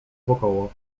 wokoło